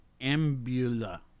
Ambula